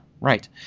Right